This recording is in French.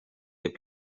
est